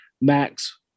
max